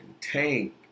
Tank